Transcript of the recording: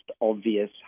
obvious